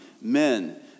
men